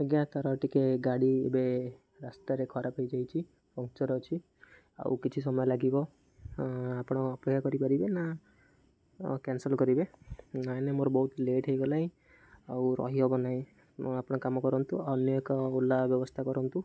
ଆଜ୍ଞା ତା'ର ଟିକେ ଗାଡ଼ି ଏବେ ରାସ୍ତାରେ ଖରାପ ହେଇଯାଇଛି ପଙ୍କଚର୍ ଅଛି ଆଉ କିଛି ସମୟ ଲାଗିବ ଆପଣ ଅପେକ୍ଷା କରିପାରିବେ ନା କ୍ୟାନସଲ୍ କରିବେ ନାହିଁ ନାହିଁ ମୋର ବହୁତ ଲେଟ୍ ହେଇଗଲା ଆଉ ରହିହେବ ନାହିଁ ଆପଣ କାମ କରନ୍ତୁ ଅନ୍ୟ ଏକ ଓଲା ବ୍ୟବସ୍ଥା କରନ୍ତୁ